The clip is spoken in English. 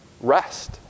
Rest